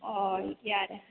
अह बिदि आरो